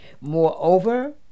Moreover